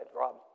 Rob